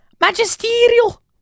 Magisterial